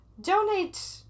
Donate